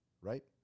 right